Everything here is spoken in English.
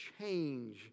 change